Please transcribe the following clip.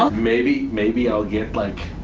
um maybe. maybe i'll get, like,